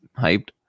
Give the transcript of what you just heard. hyped